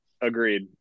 agreed